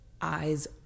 eyes